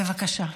בטח, בבקשה.